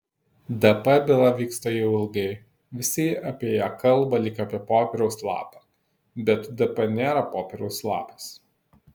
dp byla vyksta jau ilgai visi apie ją kalba lyg apie popieriaus lapą bet dp nėra popieriaus lapas